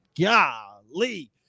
Golly